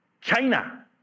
China